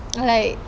like